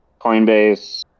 Coinbase